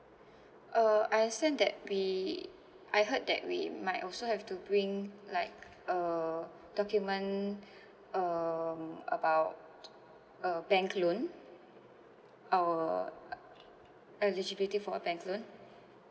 uh I understand that we I heard that we might also have to bring like uh document um about uh bank loan our eligibility for a bank loan